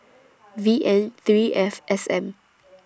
V N three F S M